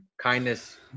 kindness